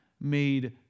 made